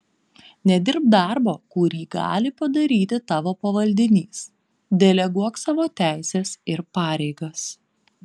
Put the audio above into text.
nedirbk darbo kurį gali padaryti tavo pavaldinys deleguok savo teises ir pareigas